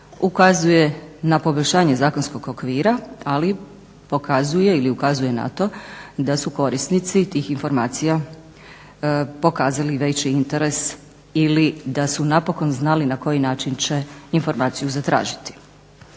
ukazuje na poboljšanje zakonskog okvira, ali pokazuje ili ukazuje na to da su korisnici tih informacija pokazali veći interes ili da su napokon znali na koji način će informaciju zatražiti.